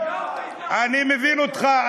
אני, אני, אני מבין אותך.